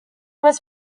was